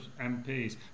MPs